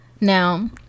Now